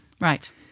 Right